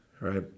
right